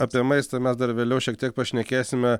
apie maistą mes dar vėliau šiek tiek pašnekėsime